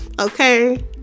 okay